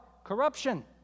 corruption